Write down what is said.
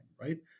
right